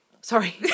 Sorry